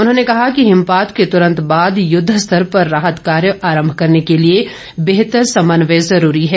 उन्होंने कहा कि हिमपात के तुरंत बाद युद्धस्तर पर राहत कार्य आरंभ करने के लिए बेहतर समन्वय जरूरी है